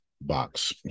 box